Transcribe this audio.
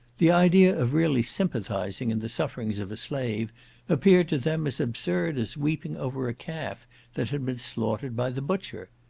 the idea of really sympathising in the sufferings of a slave appeared to them as absurd as weeping over a calf that had been slaughtered by the butcher.